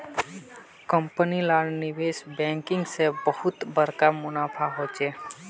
company लार निवेश banking से बहुत बड़का मुनाफा होचे